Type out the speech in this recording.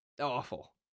Awful